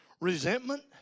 resentment